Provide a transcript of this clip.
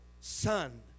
son